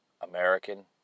American